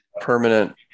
permanent